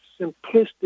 simplistic